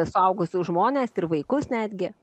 suaugusius žmones ir vaikus netgi